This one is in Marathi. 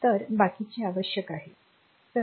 तर बाकीचे आवश्यक आहे